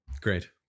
Great